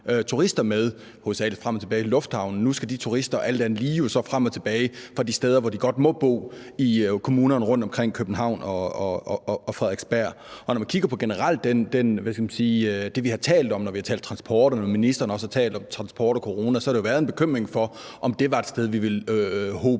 turister med, hovedsagelig frem og tilbage til lufthavnen. Nu skal de turister jo alt andet lige frem og tilbage til de steder, hvor de godt må bo, i kommunerne rundt omkring København og Frederiksberg. Og når man kigger generelt på det, vi har talt om, når vi har talt om transport, og når ministeren også har talt om transport og corona, så har der jo været en bekymring for, om det var et sted, hvor vi ville hobe